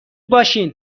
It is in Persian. باشین